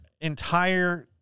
entire